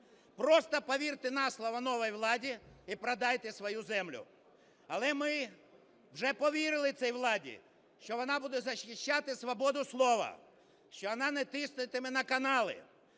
Просто повірте на слово новій владі - і продайте свою землю. Але ми вже повірили цій владі, що вона буде захищати свободу слова, що вона не тиснутиме на канали,